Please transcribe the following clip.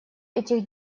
этих